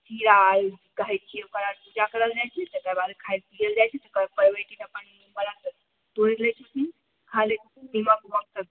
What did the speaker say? कहै छियै ओकर आर पूजा कयल जाइ छै तकर बाद खाइ पियल जाइ छै तखन पबनैतिन अपन व्रत तोरि लै छथिन खा लै छथिन नीमक उमक सभ